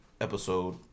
episode